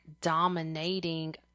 dominating